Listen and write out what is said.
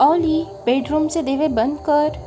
ऑली बेडरूमचे देवे बंद कर